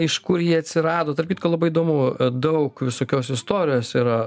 iš kur jie atsirado tarp kitko labai įdomu daug visokios istorijos yra